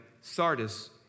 Sardis